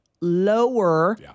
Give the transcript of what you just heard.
lower